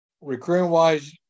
Recruiting-wise